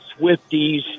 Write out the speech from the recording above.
Swifties